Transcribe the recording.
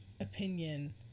opinion